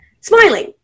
smiling